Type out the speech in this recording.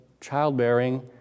childbearing